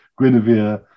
Guinevere